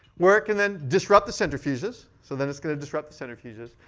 where it can then disrupt the centrifuges so then it's going to disrupt the centrifuges,